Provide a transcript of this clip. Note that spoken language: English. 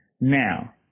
Now